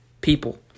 people